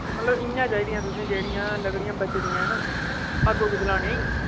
मतलब इयां चाहिदियां तुसें जेह्ड़ियां लकड़ियां बची दियां ना अग्ग उग्ग जलाने ई